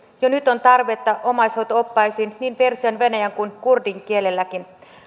jo nyt on tarvetta omaishoito oppaisiin niin persian venäjän kuin kurdin kielelläkin